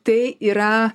tai yra